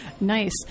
nice